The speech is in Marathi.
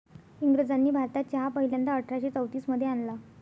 इंग्रजांनी भारतात चहा पहिल्यांदा अठरा शे चौतीस मध्ये आणला